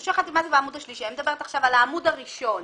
מורשה חתימה הוא בעמוד 3. אני מדברת עכשיו על העמוד הראשון.